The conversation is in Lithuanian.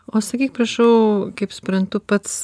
o sakyk prašau kaip suprantu pats